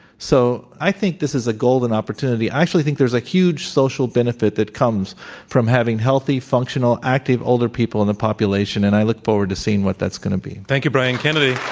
i think this is a golden opportunity. i actually think there's a huge social benefit that comes from having healthy, functional, active, older people in the population, and i look forward to seeing what that's going to be. thank you, brian kennedy.